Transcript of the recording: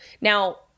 Now